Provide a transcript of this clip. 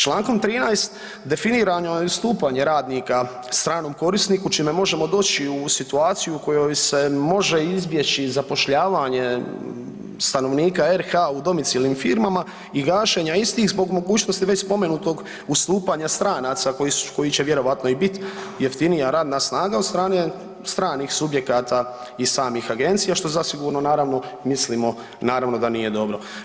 Člankom 13. definiran je stupanj radnika stranom korisniku čime možemo doći u situaciju u kojoj se može izbjeći zapošljavanje stanovnika RH u domicilnim firmama i gašenja istih zbog mogućnosti već spomenutog ustupanja stranaca koji će vjerojatno i biti jeftinija radna snaga od strane stranih subjekata i samih agencija što zasigurno naravno mislimo naravno da nije dobro.